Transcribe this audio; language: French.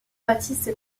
baptiste